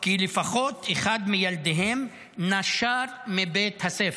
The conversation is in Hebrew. כי לפחות אחד מילדיהם נשר מבית הספר,